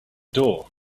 door